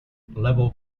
level